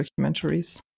documentaries